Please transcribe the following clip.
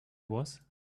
was